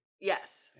yes